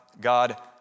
God